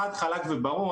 חד חלק וברור,